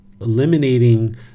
eliminating